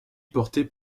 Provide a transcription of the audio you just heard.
porté